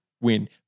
win